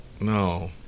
No